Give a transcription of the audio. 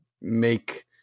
make